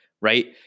right